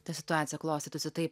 ta situacija klostytųsi taip